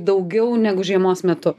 daugiau negu žiemos metu